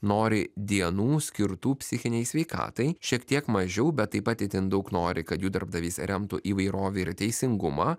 nori dienų skirtų psichinei sveikatai šiek tiek mažiau bet taip pat itin daug nori kad jų darbdavys remtų įvairovę ir teisingumą